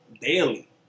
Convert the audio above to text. daily